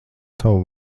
tavu